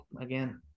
again